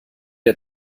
der